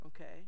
okay